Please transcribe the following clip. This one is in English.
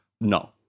no